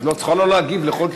את צריכה לא להגיב לכל קריאת ביניים.